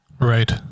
Right